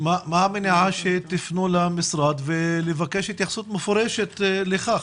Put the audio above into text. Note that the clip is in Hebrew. מה המניעה שתפנו למשרד ותבקשו התייחסות מפורשת לכך?